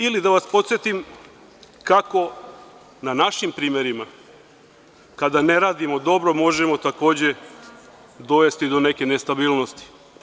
Ili da vas podsetim, na našim primerima, kako kada ne radimo dobro možemo takođe dovesti do neke nestabilnosti.